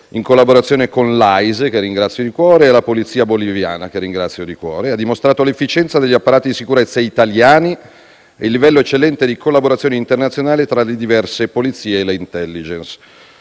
in collaborazione con l'AISE, che ringrazio di cuore, e la polizia boliviana, che ringrazio di cuore, ha dimostrato l'efficienza degli apparati di sicurezza italiani e il livello eccellente di collaborazione internazionale tra le diverse polizie e *intelligence.*